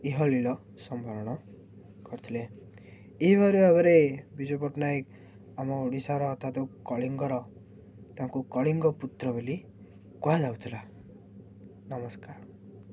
ଇହଲିଳ ସମ୍ବରଣ କରିଥିଲେ ଏହିପରି ଭାବରେ ବିଜୁ ପଟ୍ଟନାୟକ ଆମ ଓଡ଼ିଶାର କଳିଙ୍ଗର ତାଙ୍କୁ କଳିଙ୍ଗ ପୁତ୍ର ବୋଲି କୁହାଯାଉଥିଲା ନମସ୍କାର